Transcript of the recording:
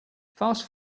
fast